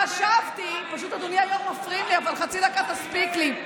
פשוט מפריעים לי, אבל חצי דקה תספיק לי.